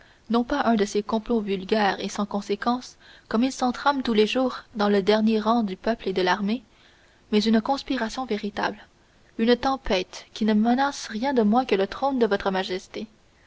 non pas un de ces complots vulgaires et sans conséquence comme il s'en trame tous les jours dans les derniers rangs du peuple et de l'armée mais une conspiration véritable une tempête qui ne menace rien de moins que le trône de votre majesté